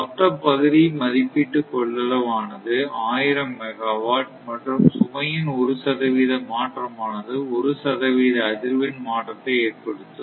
மொத்த பகுதி மதிப்பீட்டு கொள்ளளவு ஆனது 1000 மெகாவாட் மற்றும் சுமையின் ஒரு சதவிகித மாற்றமானது ஒரு சதவிகித அதிர்வெண் மாற்றத்தை ஏற்படுத்தும்